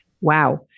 Wow